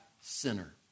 sinner